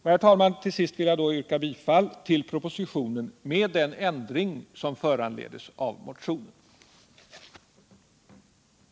Herr talman! Till sist vill jag yrka bifall till propositionen med den ändring som föranleds av bifall till motionen 193.